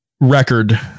record